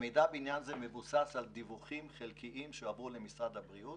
המידע בעניין זה מבוסס על דיווחים חלקיים שהועברו למשרד הבריאות.